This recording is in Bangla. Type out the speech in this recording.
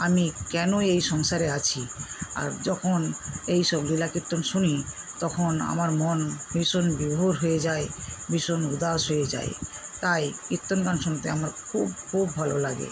আমি কেন এই সংসারে আছি আর যখন এই সব লীলাকীর্তন শুনি তখন আমার মন ভীষণ বিভোর হয়ে যায় ভীষণ উদাস হয়ে যায় তাই কীর্তন গান শুনতে আমার খুব খুব ভালো লাগে